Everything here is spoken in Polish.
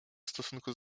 stosunku